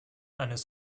eines